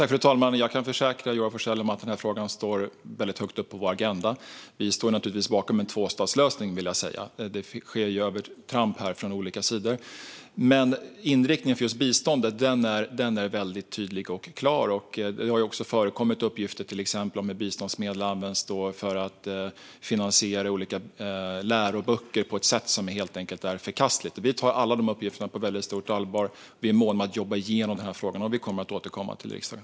Fru talman! Jag kan försäkra Joar Forssell om att frågan står väldigt högt upp på vår agenda. Vi står naturligtvis bakom en tvåstatslösning, vill jag säga - det sker ju övertramp här från olika sidor. Men inriktningen för just biståndet är väldigt tydlig och klar, och det har förekommit uppgifter till exempel om att biståndsmedel används för att finansiera olika läroböcker på ett sätt som helt enkelt är förkastligt. Vi tar alla dessa uppgifter på väldigt stort allvar, och vi är måna om att jobba igenom frågan. Vi kommer att återkomma till riksdagen.